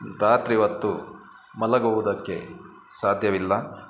ರಾತ್ರಿ ಹೊತ್ತು ಮಲಗುವುದಕ್ಕೆ ಸಾಧ್ಯವಿಲ್ಲ